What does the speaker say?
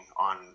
on